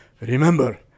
remember